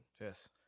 Yes